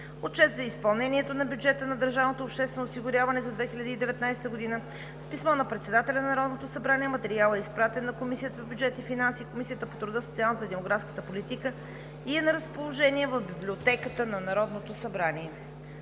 Отчет за изпълнението на бюджета на държавното обществено осигуряване за 2019 г. С писмо на председателя на Народното събрание материалът е изпратен на Комисията по бюджет и финанси и на Комисията по труда, социалната и демографската политика и е на разположение в Библиотеката на Народното събрание.